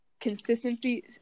consistency